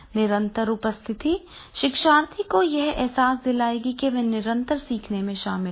निरंतर उपस्थिति शिक्षार्थी को यह एहसास दिलाएगी कि वह निरंतर सीखने में शामिल है